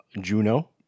Juno